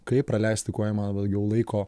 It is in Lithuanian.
kaip praleisti kuo įmanoma daugiau laiko